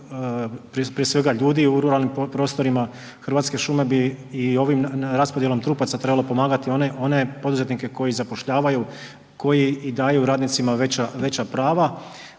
prije svega ljudi u ruralnim prostorima, Hrvatske šume bi i ovom raspodjelom trupaca trebale pomagati one poduzetnike koji zapošljavaju, koji i daju radnicima veća prava